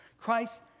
Christ